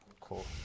Cool